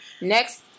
next